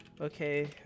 Okay